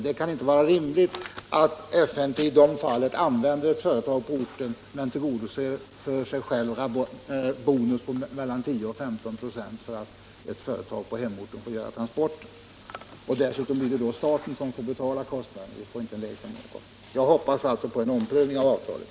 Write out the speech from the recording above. Det kan inte vara rimligt att FMT i sådana fall anlitar ett företag på orten men tillgodoser sig själva med bonus på mellan 10 och 15 26. Det blir ju dessutom staten som får betala kostnaderna. Jag hoppas alltså på en omprövning av avtalet.